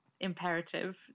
imperative